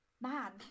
man